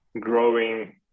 growing